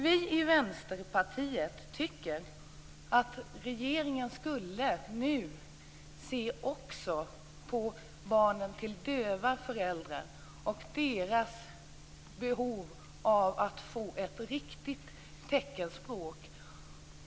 Vi i Vänsterpartiet tycker att regeringen nu borde se över frågan om barn till döva föräldrar och deras behov av att få ett riktigt teckenspråk.